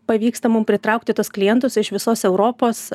pavyksta mum pritraukti tuos klientus iš visos europos